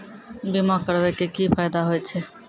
बीमा करबै के की फायदा होय छै?